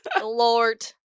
Lord